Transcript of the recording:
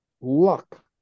luck